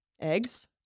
Eggs